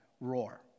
roar